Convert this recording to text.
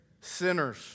sinners